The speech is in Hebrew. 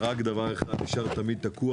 רק דבר אחד נשאר תמיד תקוע,